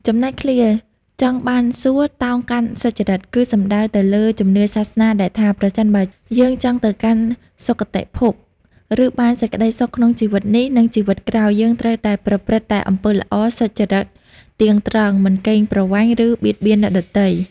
ចំណែកឃ្លា ចង់បានសួគ៌ តោងកាន់សុចរិត គឺសំដៅទៅលើជំនឿសាសនាដែលថា ប្រសិនបើយើងចង់ទៅកាន់សុគតិភព ឬបានសេចក្តីសុខក្នុងជីវិតនេះនិងជីវិតក្រោយ យើងត្រូវតែប្រព្រឹត្តតែអំពើល្អ សុចរិតទៀងត្រង់ មិនកេងប្រវ័ញ្ច ឬបៀតបៀនអ្នកដទៃ។